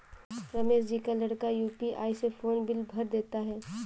रमेश जी का लड़का यू.पी.आई से फोन बिल भर देता है